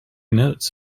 notes